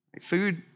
Food